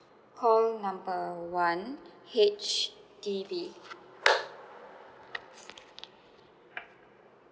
call number one H_D_B